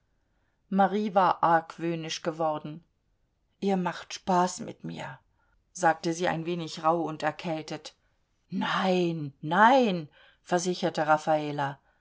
marie war argwöhnisch geworden ihr macht spaß mit mir sagte sie ein wenig rauh und erkältet nein nein versicherte raffala